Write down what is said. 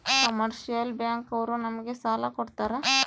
commercial bank ಅವ್ರು ನಮ್ಗೆ ಸಾಲ ಕೊಡ್ತಾರ